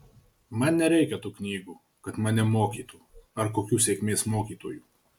man nereikia tų knygų kad mane mokytų ar kokių sėkmės mokytojų